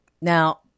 Now